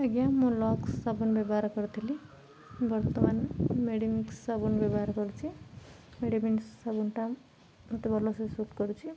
ଆଜ୍ଞା ମୁଁ ଲକ୍ସ୍ ସାବୁନ ବ୍ୟବହାର କରିଥିଲି ବର୍ତ୍ତମାନ ମେଡ଼ିମିକ୍ସ ସାବୁନ ବ୍ୟବହାର କରୁଚି ମେଡ଼ିମିକ୍ସ ସାବୁନଟା ମୋତେ ଭଲସେ ସୁଟ୍ କରୁଛି